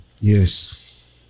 Yes